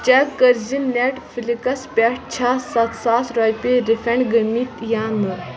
check کٔرۍ زِ Netflix پٮ۪ٹھ چھا سَتھ ساس رۄپیہِ رِفنڈ گٔمٕتۍ یا نہٕ